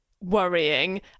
worrying